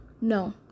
no